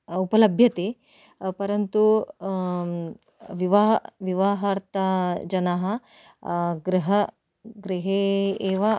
उपलभ्यते परन्तु विवाह विवाहार्थजनाः गृह गृहे एव